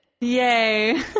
yay